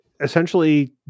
essentially